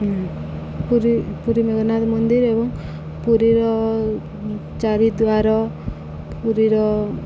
ପୁରୀ ପୁରୀ ମେଘନାଥ ମନ୍ଦିର ଏବଂ ପୁରୀର ଚାରିଦ୍ଵାର ପୁରୀର